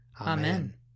Amen